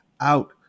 Out